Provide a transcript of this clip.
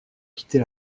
quitter